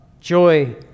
joy